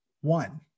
One